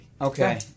Okay